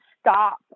stop